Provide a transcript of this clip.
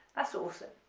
that's awesome,